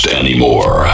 anymore